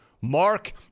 Mark